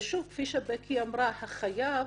שוב, כפי שבקי אמרה, החייב